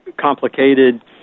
complicated